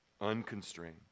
Unconstrained